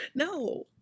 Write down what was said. No